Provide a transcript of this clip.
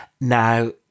Now